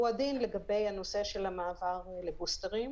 הוא הדין לגבי הנושא של המעבר לבוסטרים.